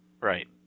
Right